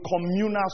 communal